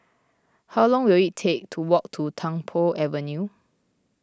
how long will it take to walk to Tung Po Avenue